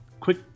quick